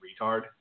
retard